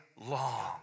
long